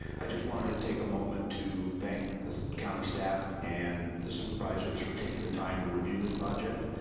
i just wanted to take a moment to thank the county staff and the supervisors for taking the time to review this project.